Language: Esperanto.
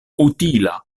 utila